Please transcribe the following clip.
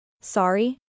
Sorry